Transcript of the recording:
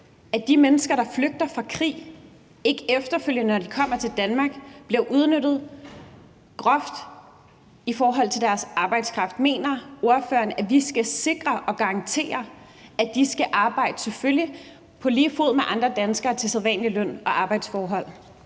at de mennesker, der flygter fra krig, ikke efterfølgende, når de kommer til Danmark, bliver udnyttet groft i forhold til deres arbejdskraft. Mener ordføreren, at vi skal sikre og garantere, at de selvfølgelig skal arbejde på lige fod med andre danskere med de sædvanlige løn- og arbejdsforhold?